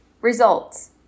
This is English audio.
Results